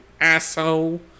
asshole